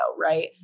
Right